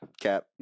Cap